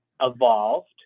evolved